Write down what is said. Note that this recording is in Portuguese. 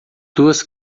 duas